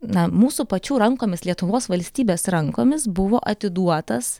na mūsų pačių rankomis lietuvos valstybės rankomis buvo atiduotas